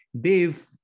Dave